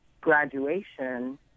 graduation